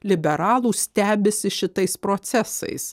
liberalų stebisi šitais procesais